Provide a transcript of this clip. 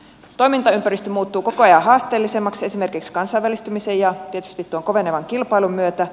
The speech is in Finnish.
toimintaympäristö muuttuu koko ajan haasteellisemmaksi esimerkiksi kansainvälistymisen ja tietysti tuon kovenevan kilpailun myötä